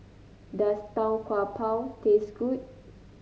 does Tau Kwa Pau taste good